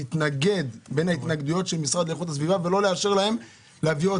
להתנגד בשימועים של המשרד להגנת הסביבה ולא לאשר להם להביא עוד.